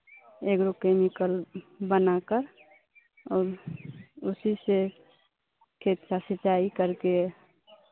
agrochemical बनाकर और उसीसे खेत का सिंचाई कर के